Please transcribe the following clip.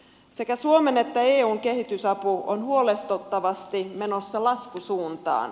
sekä suomen että eun kehitysapu on huolestuttavasti menossa laskusuuntaan